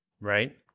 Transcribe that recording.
Right